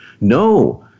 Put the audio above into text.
no